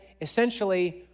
Essentially